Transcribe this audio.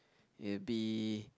it'll be